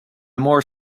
more